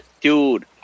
Dude